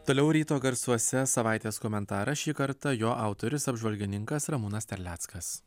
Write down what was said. toliau ryto garsuose savaitės komentaras šį kartą jo autorius apžvalgininkas ramūnas terleckas